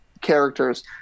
characters